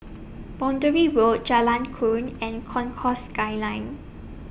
Boundary Road Jalan Krian and Concourse Skyline